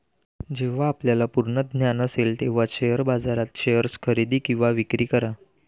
जेव्हा आपल्याला पूर्ण ज्ञान असेल तेव्हाच शेअर बाजारात शेअर्स खरेदी किंवा विक्री करा